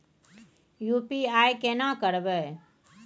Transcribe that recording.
UPI केना करबे?